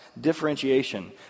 differentiation